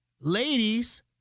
ladies